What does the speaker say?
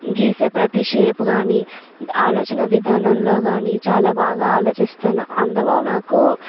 గీసే ప్రతి షేప్ కానీ ఆలోచనా విధానంలో కానీ చాలా బాగా ఆలోచిస్తాను అందులో నాకు